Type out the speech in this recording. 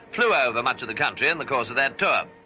flew over much of the country in the course of their tour,